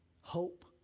hope